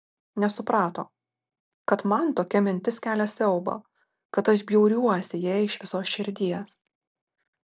nesuprato kad man tokia mintis kelia siaubą kad aš bjauriuosi ja iš visos širdies